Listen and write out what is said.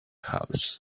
house